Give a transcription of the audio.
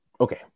Okay